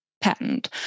patent